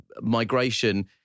migration